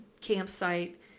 campsite